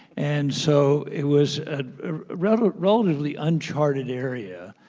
and so it was a relatively relatively uncharted area,